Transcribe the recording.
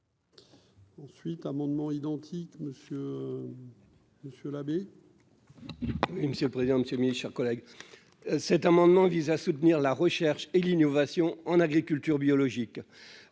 Ensuite amendements identiques, monsieur, monsieur l'abbé. Et Monsieur le président Monsieur Ministre, chers collègues, cet amendement vise à soutenir la recherche et l'innovation en agriculture biologique,